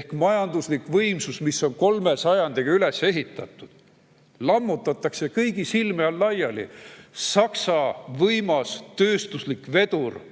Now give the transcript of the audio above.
et majanduslik võimsus, mis on kolme sajandiga üles ehitatud, lammutatakse kõigi silme all laiali. Saksa võimas tööstusvedur